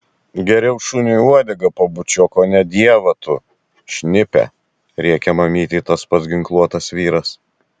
geriau šuniui uodegą pabučiuok o ne dievą tu šnipe rėkė mamytei tas pats ginkluotas vyras